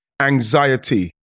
anxiety